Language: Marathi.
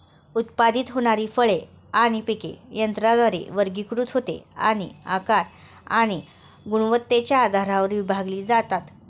उत्पादित होणारी फळे आणि पिके यंत्राद्वारे वर्गीकृत होते आणि आकार आणि गुणवत्तेच्या आधारावर विभागली जातात